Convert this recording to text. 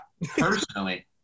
Personally